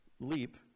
leap